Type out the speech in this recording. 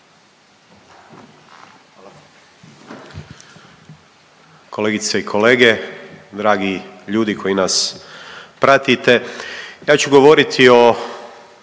Hvala